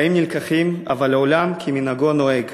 החיים נלקחים, אבל עולם כמנהגו נוהג.